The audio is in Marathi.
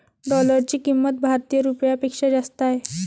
डॉलरची किंमत भारतीय रुपयापेक्षा जास्त आहे